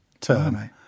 term